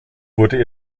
wurde